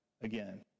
again